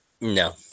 No